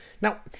Now